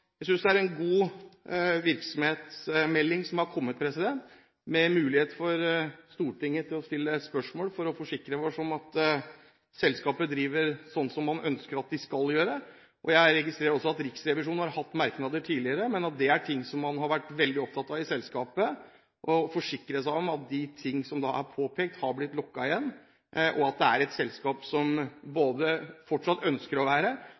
Jeg synes det er en god virksomhetsmelding som er kommet, med mulighet for Stortinget til å stille spørsmål for å forsikre seg om at selskapet driver sånn som man ønsker at det skal gjøre. Jeg registrerer også at Riksrevisjonen har hatt merknader tidligere, noe man har vært veldig opptatt av i selskapet. Man har forsikret seg om at det som har vært påpekt, har blitt lukket igjen. Det er et selskap som fortsatt ønsker å være,